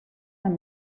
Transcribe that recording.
sant